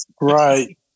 Right